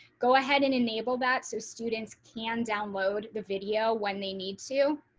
go ahead and enable that so students can download the video when they need to